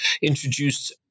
introduced